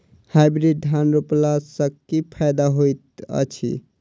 Hybrid धान रोपला सँ की फायदा होइत अछि?